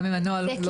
גם אם הנוהל לא פורסם.